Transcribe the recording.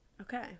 Okay